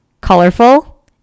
colorful